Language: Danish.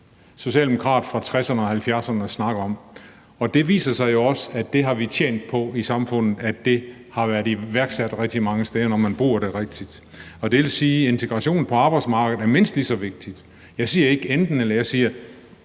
socialdemokrat fra 1960'erne og 1970'erne snakke om, og det viser sig jo også, at vi som samfund har tjent på, at det har været iværksat rigtig mange steder, når det er blevet brugt rigtigt. Det vil sige, at integration på arbejdsmarkedet er mindst lige så vigtig. Jeg siger ikke, at det er